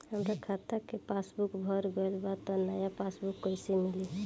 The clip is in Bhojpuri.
हमार खाता के पासबूक भर गएल बा त नया पासबूक कइसे मिली?